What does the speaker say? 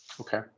Okay